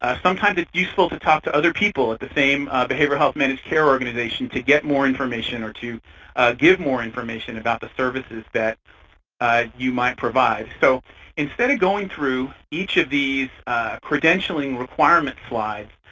ah sometimes it's useful to talk to other people at the same behavioral managed care organization to get more information or to give more information about the services that you might provide. so instead of going through each of these credentialing requirement slides,